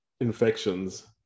infections